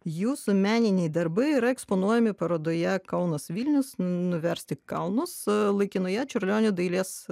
jūsų meniniai darbai yra eksponuojami parodoje kaunas vilnius nuversti kalnus laikinoje čiurlionio dailės